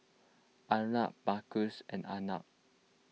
Arnab Mukesh and Arnab